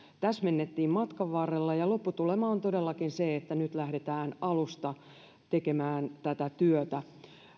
täsmennettiin matkan varrella ja lopputulema on todellakin se että nyt lähdetään alusta tekemään tätä työtä